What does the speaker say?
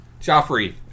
Joffrey